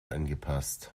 angepasst